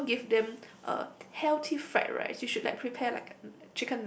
you don't give them uh healthy fried rice you should like prepare like a